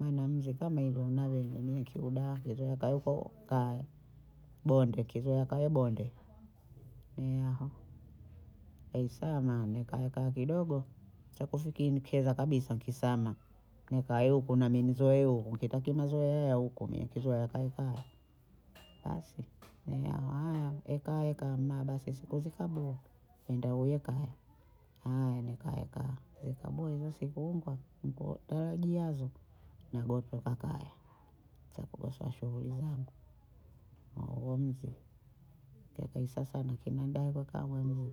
Maana mzee kama hivyo unavyohivyo mi nkiudaha, wezoea kae huko bonde, kizoea akae bonde, ne aha daesaama nekaakaa kidogo chakufiki nikieza kabisa nkisama, nkae huku nami nizoee huku nkitaki mazoea ya huku mie kizoea kae kaya, basi ne aha haya eka eka amma basi siku zikabu enda uye kaya, haya nikaeka nikaboha hizo siku ngwa nkutarajiazo nagontoka kaya chakua shughuli zangu huo mzi teka isasame kinenda hiko kama mvu,